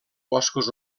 boscos